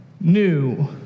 new